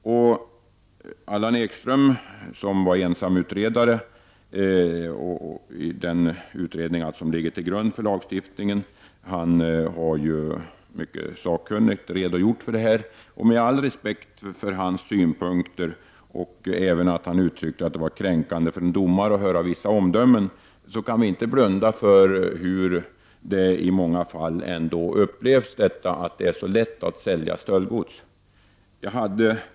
Ensamutredaren Allan Ekström har i den utredning som ligger till grund för lagstiftningen mycket sakkunnigt redogjort för detta. Med all respekt för hans synpunkter och hans påpekande att det var kränkande för en domare att höra vissa omdömen kan vi inte blunda för att det av många upplevs som lätt att sälja stöldgods.